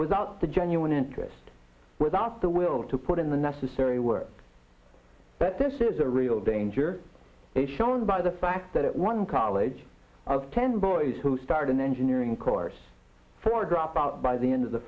without the genuine interest without the will to put in the necessary work but this is a real danger is shown by the fact that one college of ten boys who start an engineering course for drop out by the end of the